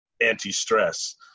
anti-stress